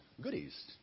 goodies